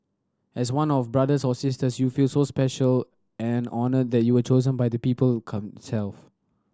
as one of brothers or sisters you feel so special and honoured that you were chosen by the people